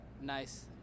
nice